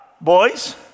boys